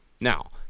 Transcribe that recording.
now